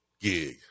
gig